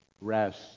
rest